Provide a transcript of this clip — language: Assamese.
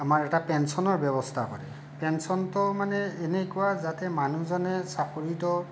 আমাৰ এটা পেঞ্চনৰ ব্যৱস্থা হয় পেঞ্চনটো মানে এনেকুৱা যাতে মানুহজনে চাকৰিটোৰ